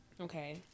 okay